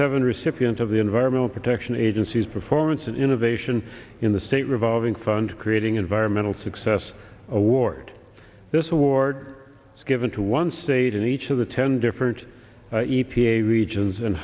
seven recipient of the environmental protection agency's performance and innovation in the state revolving fund creating environmental success award this award is given to one state in each of the ten different e p a regions and